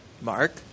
Mark